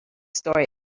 story